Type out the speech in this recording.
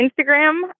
Instagram